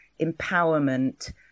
empowerment